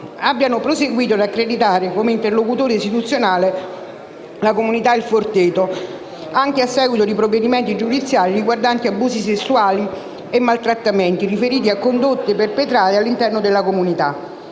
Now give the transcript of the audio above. abbiano proseguito ad accreditare come interlocutore istituzionale la comunità Il Forteto, anche a seguito di provvedimenti giudiziari riguardanti abusi sessuali e maltrattamenti riferiti a condotte perpetrate all'interno della comunità;